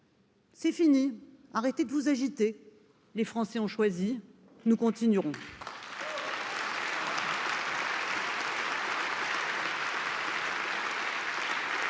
c'est fini arrêtez de vous agiter les français ont choisi nous continuerons